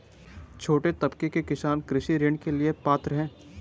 छोटे तबके के किसान कृषि ऋण के लिए पात्र हैं?